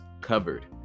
covered